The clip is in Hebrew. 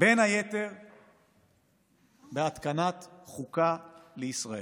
בין היתר בהתקנת חוקה לישראל.